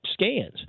scans